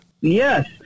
Yes